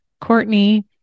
Courtney